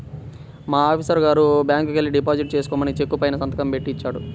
మా ఆఫీసరు గారు బ్యాంకుకెల్లి డిపాజిట్ చేసుకోమని చెక్కు పైన సంతకం బెట్టి ఇచ్చాడు